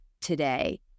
today